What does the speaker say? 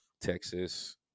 Texas